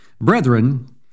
brethren